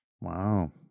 Wow